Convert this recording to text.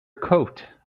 coat